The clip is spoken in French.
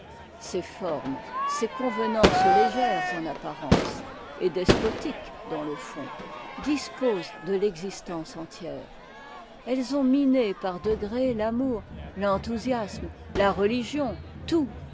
ces formes ces convenances légères en apparence et despotiques dans le fond disposent de l'existence entière elles ont miné par degrés l'amour l'enthousiasme la religion tout